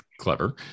clever